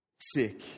sick